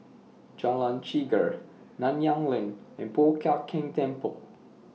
Jalan Chegar Nanyang LINK and Po Chiak Keng Temple